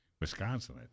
Wisconsin